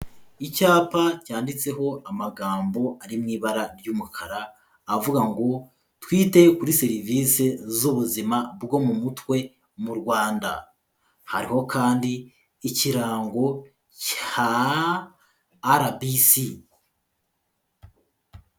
Icyapa cyanditseho amagambo ari mu ibara ry'umukara, avuga ngo twite kuri serivisi z'ubuzima bwo mu mutwe mu Rwanda, hariho kandi ikirango cya RBC.